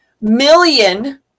million